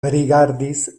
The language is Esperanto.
rigardis